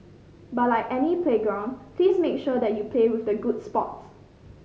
but like any playground please make sure that you play with the good sports